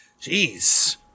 Jeez